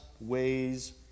ways